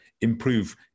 improve